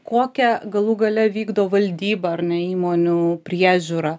kokią galų gale vykdo valdyba ar ne įmonių priežiūrą